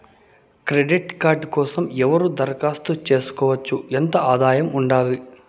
Credit card కోసం ఎవరు దరఖాస్తు చేసుకోవచ్చు? ఎంత ఆదాయం ఉండాలి?